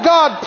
God